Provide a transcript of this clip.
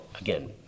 Again